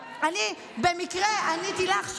במקרה עניתי לך,